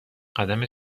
قدم